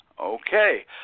Okay